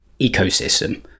ecosystem